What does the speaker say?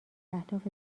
اهداف